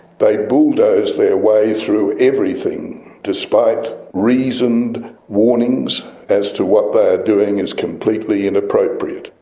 they bulldoze their way through everything, despite reasoned warnings as to what they are doing is completely inappropriate.